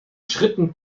schritten